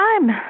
time